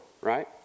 right